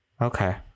Okay